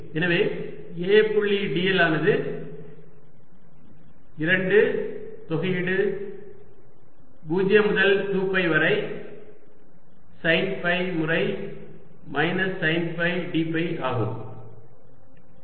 எனவே A புள்ளி dl ஆனது 2 தொகையீடு 0 முதல் 2 பை வரை சைன் ஃபை முறை minus sine phi d phi ஆக இருக்கும்